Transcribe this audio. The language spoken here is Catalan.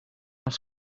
els